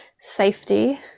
safety